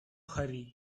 hurry